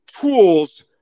tools